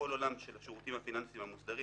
כל העולם של השירותים הפיננסיים המוסדרים,